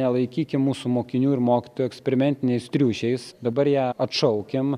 nelaikykim mūsų mokinių ir mokytojų eksperimentiniais triušiais dabar ją atšaukim